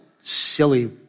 silly